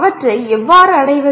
அவற்றை எவ்வாறு அடைவது